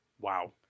Wow